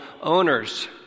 owners